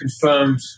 confirmed